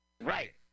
Right